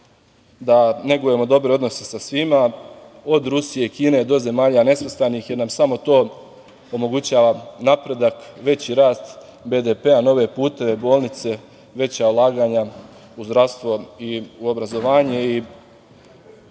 da negujemo dobre odnose sa svima, od Rusije, Kine, do zemalja nesvrstanih, jer nam samo to omogućava napredak, veći rast BDP, nove puteve, bolnice, veća ulaganja u zdravstvo i obrazovanje. Ovim